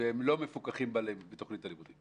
והם לא מפוקחים בתכנית הלימודים.